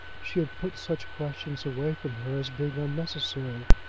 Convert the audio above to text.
she had put such questions away from her as being unnecessary,